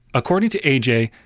according to a j.